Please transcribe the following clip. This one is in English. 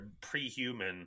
pre-human